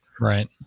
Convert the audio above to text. Right